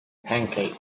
pancake